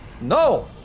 No